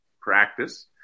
practice